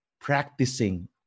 Practicing